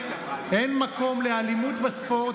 אין מקום לאלימות בספורט,